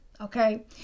okay